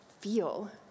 feel